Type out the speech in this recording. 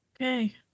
Okay